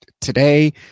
today